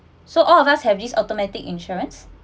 so all of us have this automatic insurance